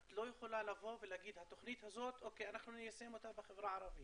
את לא יכולה להגיד שהתוכנית הזאת ניישם בחברה הערבית.